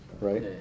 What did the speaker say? right